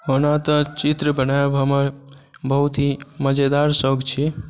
ओना तऽ चित्र बनाएब हमर बहुत ही मजेदार शौक छी